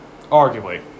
Arguably